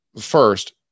first